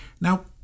Now